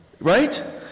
right